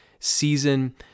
Season